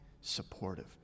supportive